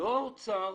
לא האוצר